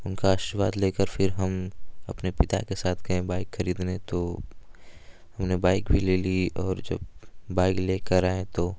उनका आशीर्वाद लेकर फ़िर हम अपने पिता के साथ गए बाइक खरीदने तो उन्हें बाइक भी ले ली और जब बाइक लेकर आएँ तो